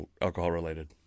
alcohol-related